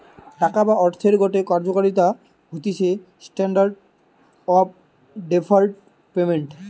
টাকা বা অর্থের গটে কার্যকারিতা হতিছে স্ট্যান্ডার্ড অফ ডেফার্ড পেমেন্ট